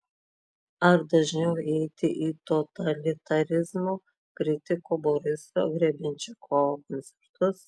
ar dažniau eiti į totalitarizmo kritiko boriso grebenščikovo koncertus